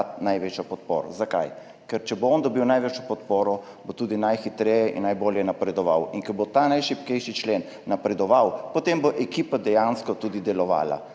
največjo podporo. Zakaj? Ker če bo on dobil največjo podporo, bo tudi najhitreje in najbolje napredoval. In ko bo ta najšibkejši člen napredoval, potem bo ekipa dejansko tudi delovala.